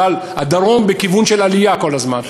אבל הדרום בכיוון של עלייה כל הזמן,